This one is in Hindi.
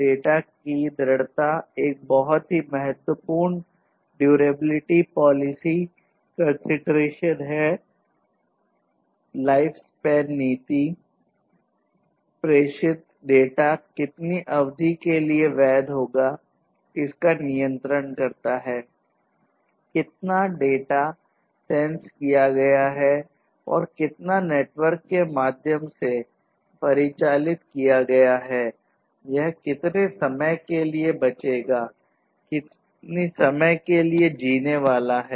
डेटा की दृढ़ता किया जा रहा है यह कितने समय के लिए बचेगा कितने समय के लिए यह जीने वाला है